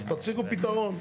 אז תציגו פתרון.